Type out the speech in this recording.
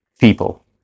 people